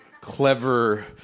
clever